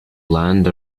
land